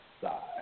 side